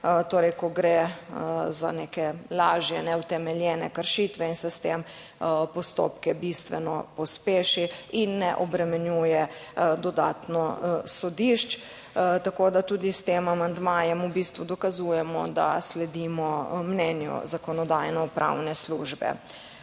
torej, ko gre za neke lažje neutemeljene kršitve in se s tem postopke bistveno pospeši in ne obremenjuje dodatno sodišč. Tako tudi s tem amandmajem v bistvu dokazujemo, da sledimo mnenju Zakonodajno-pravne službe.